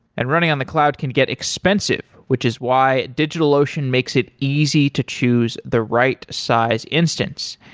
and running on the cloud can get expensive, which is why digitalocean makes it easy to choose the right size instance.